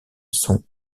sont